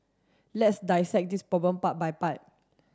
let's dissect this problem part by part